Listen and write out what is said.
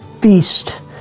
feast